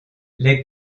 les